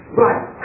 right